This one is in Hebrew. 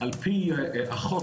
על פי החוק,